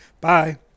Bye